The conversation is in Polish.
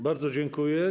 Bardzo dziękuję.